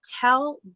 tell